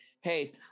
hey